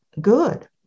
good